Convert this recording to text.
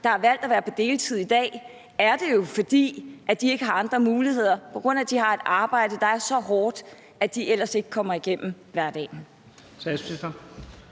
dag har valgt at være på deltid, jo er det, fordi de ikke har andre muligheder. Det er, på grund af at de har et arbejde, der er så hårdt, at de ellers ikke kommer igennem hverdagen.